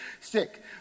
sick